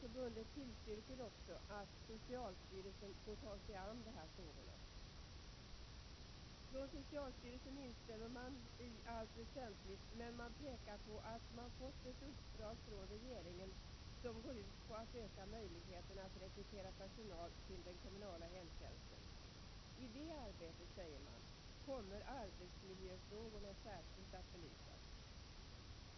Förbundet tillstyrker också att socialstyrelsen får ta sig an de här frågorna. Från socialstyrelsen instämmer man i allt väsentligt, men man pekar på att man fått ett uppdrag från regeringen som går ut på att öka möjligheterna att rekrytera personal till den kommunala hemtjänsten. I det arbetet, säger man, kommer arbetsmiljöfrågorna särskilt att belysas.